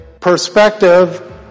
perspective